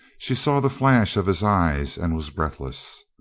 she saw the flash of his eyes and was breathless.